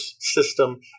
system